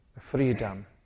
freedom